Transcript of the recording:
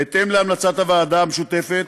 בהתאם להמלצת הוועדה המשותפת,